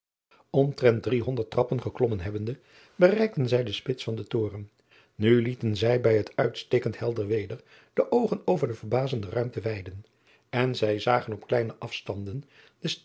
drie honderd trappen geklommen hebbende bereikten zij de spits van den toren u lieten zij bij het uitstekend helder weder de oogen over de verbazende ruimte weiden en zij zagen op kleine afftanden de